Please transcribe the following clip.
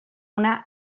una